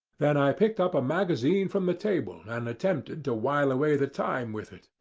then i picked up a magazine from the table and attempted to while away the time with it,